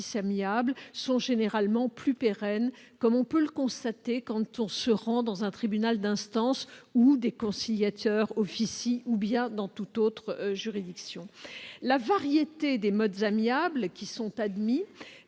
sont généralement plus pérennes, comme on peut le constater en se rendant dans un tribunal d'instance où des conciliateurs officient, ou encore dans toute autre juridiction. La variété des modes amiables qui sont admis